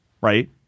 Right